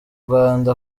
rwanda